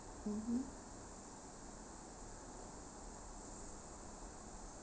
mmhmm